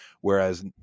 whereas